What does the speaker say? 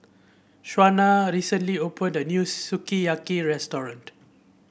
Shawna recently opened a new Sukiyaki Restaurant